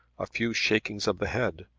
a few shakings of the head,